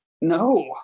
no